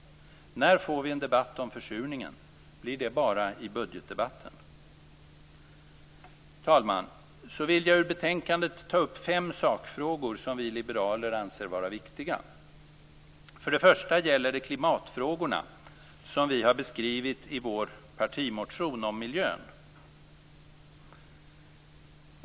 När får vi en debatt om försurningen? Blir det bara i budgetdebatten? Fru talman! Jag vill så ta upp fem sakfrågor i betänkandet som vi liberaler anser vara viktiga. För det första gäller det klimatfrågorna, som vi har beskrivit i vår partimotion om miljön.